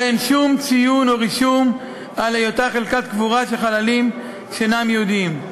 ואין שום ציון או רישום על היותה חלקת קבורה של חללים שאינם יהודים.